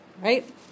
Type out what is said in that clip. right